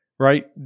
Right